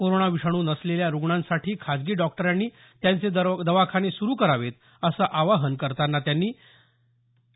corona विषाणू नसलेल्या रुग्णांसाठी खासगी डॉक्टरांनी त्यांचे दवाखाने सुरु करावेत असं आवाहन करताना त्यांनी केले